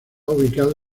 ubicado